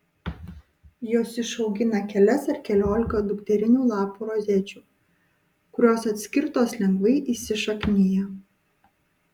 jos išaugina kelias arba keliolika dukterinių lapų rozečių kurios atskirtos lengvai įsišaknija